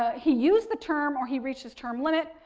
he used the term or he reached his term limit.